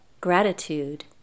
gratitude